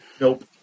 Nope